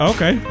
Okay